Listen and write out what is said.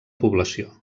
població